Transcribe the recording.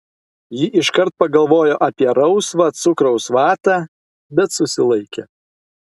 ji iškart pagalvojo apie rausvą cukraus vatą bet susilaikė